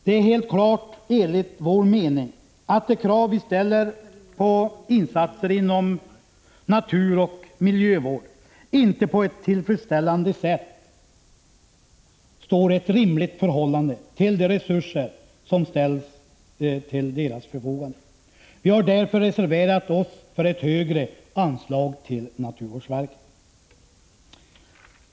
Det är helt klart, enligt vår mening, att de krav vi ställer på insatser inom naturoch miljövård inte på ett tillfredsställande sätt står i ett rimligt förhållande till de resurser som ställs till förfogande. Vi har därför reserverat oss för ett högre anslag till naturvårdsverket.